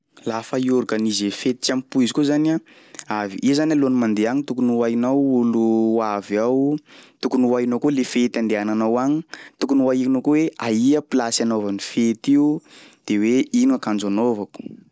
Lafa iorganisé fety tsy ampoizy koa zany a, av- iha zany alohan'nymandeha agny tokony ho hainao olo ho avy ao, tokony ho hainao koa le fety andehananao agny, tokony ho ahirinao koa hoe aia plasy anaova ny fety io de hoe ino akanjo anaovako.